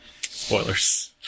Spoilers